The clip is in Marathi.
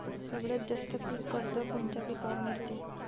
सगळ्यात जास्त पीक कर्ज कोनच्या पिकावर मिळते?